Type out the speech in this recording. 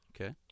Okay